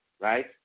right